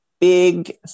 big